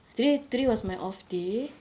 today today was my off day